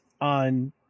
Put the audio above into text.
on